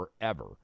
forever